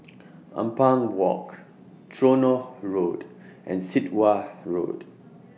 Ampang Walk Tronoh Road and Sit Wah Road